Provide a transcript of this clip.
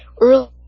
early